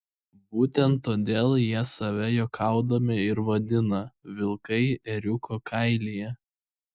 būtent todėl jie save juokaudami ir vadina vilkai ėriuko kailyje